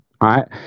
right